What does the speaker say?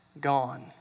gone